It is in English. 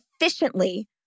efficiently